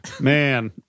Man